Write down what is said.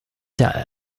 der